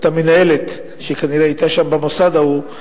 אותה מנהלת שכנראה היתה שם במוסד ההוא,